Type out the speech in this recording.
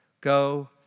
go